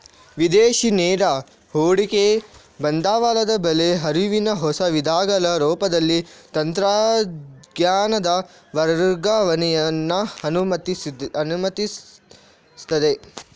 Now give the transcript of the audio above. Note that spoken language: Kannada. ವಿದೇಶಿ ನೇರ ಹೂಡಿಕೆ ಬಂಡವಾಳದ ಒಳ ಹರಿವಿನ ಹೊಸ ವಿಧಗಳ ರೂಪದಲ್ಲಿ ತಂತ್ರಜ್ಞಾನದ ವರ್ಗಾವಣೆಯನ್ನ ಅನುಮತಿಸ್ತದೆ